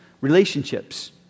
Relationships